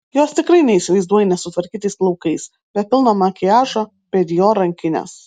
jos tikrai neįsivaizduoji nesutvarkytais plaukais be pilno makiažo be dior rankinės